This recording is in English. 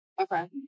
okay